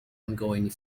ongoing